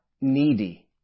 needy